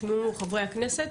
תשמעו חברי הכנסת,